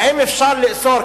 האם אפשר לאסור?